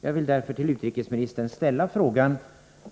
Jag vill därför till utrikesministern ställa frågan